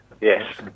Yes